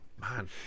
man